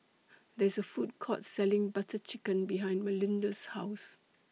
There IS A Food Court Selling Butter Chicken behind Melinda's House